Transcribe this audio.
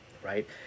right